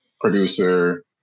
producer